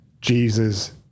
jesus